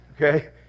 Okay